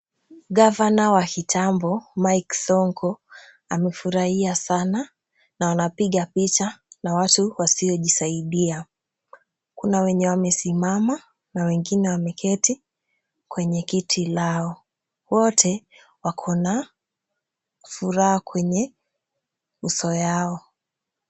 Gavana wa kitambo Mike Sonko amefurahia sana na anapiga picha na watu wasiojisaidia. Kuna wenye wamesimama na wengine wameketi kwenye kiti lao. Wote wako na furaha kwenye uso yao.